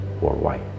worldwide